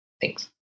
Thanks